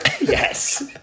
Yes